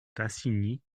tassigny